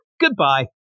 Goodbye